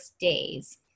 days